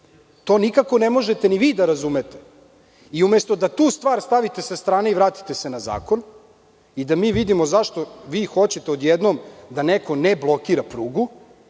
To nikako ne možete ni da razumete, i umesto da tu stvar stavite sa strane i vratite se na zakon i da mi vidimo zašto vi hoćete od jednom da neko ne blokira prugu,